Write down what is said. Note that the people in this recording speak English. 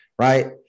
right